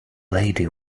lady